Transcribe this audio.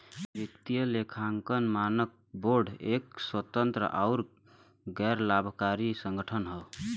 वित्तीय लेखांकन मानक बोर्ड एक स्वतंत्र आउर गैर लाभकारी संगठन हौ